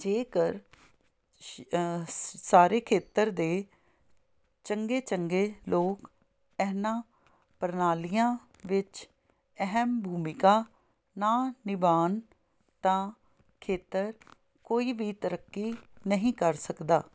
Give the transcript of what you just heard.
ਜੇਕਰ ਸਾਰੇ ਖੇਤਰ ਦੇ ਚੰਗੇ ਚੰਗੇ ਲੋਕ ਇਹਨਾਂ ਪ੍ਰਣਾਲੀਆਂ ਵਿੱਚ ਅਹਿਮ ਭੂਮਿਕਾ ਨਾ ਨਿਭਾਉਣ ਤਾਂ ਖੇਤਰ ਕੋਈ ਵੀ ਤਰੱਕੀ ਨਹੀਂ ਕਰ ਸਕਦਾ